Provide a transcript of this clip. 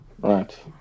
Right